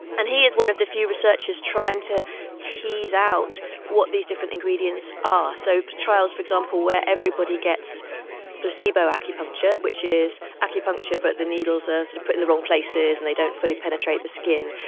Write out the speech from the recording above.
and he is one of the few researchers trying to tease out what these different ingredients are. so trials, for example, where everybody gets placebo acupuncture, which is acupuncture but the needles are put in the wrong places and they don't fully penetrate the skin.